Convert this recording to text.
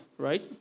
right